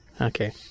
Okay